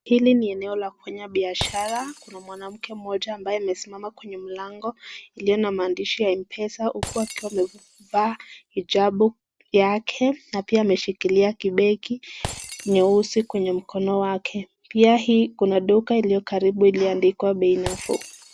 Hili ni eneo la kufanyia biashara. Kuna mwanamke mmoja ambaye amesimama kwenye mlango iliyo na maandishi ya Mpesa, huku akiwa amevaa hijabu yake, na pia ameshikilia kibeki nyeusi kwenye mkono wake. Pia hii kuna duka iliyo karibu iliandikwa bei nafuu.